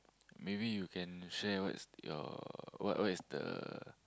maybe you can share what's your what what is the